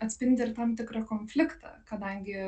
atspindi ir tam tikrą konfliktą kadangi